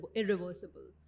irreversible